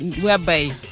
whereby